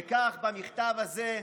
וכך, במכתב הזה,